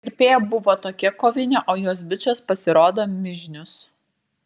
kirpėja buvo tokia kovinė o jos bičas pasirodo mižnius